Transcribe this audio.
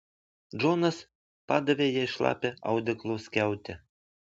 džonas padavė jai šlapią audeklo skiautę